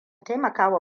taimakawa